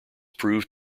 proved